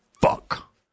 fuck